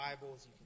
Bibles